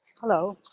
Hello